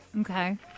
Okay